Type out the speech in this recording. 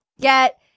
get